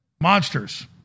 monsters